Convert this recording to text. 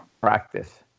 practice